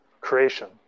creation